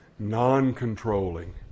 Non-controlling